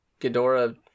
Ghidorah